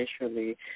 initially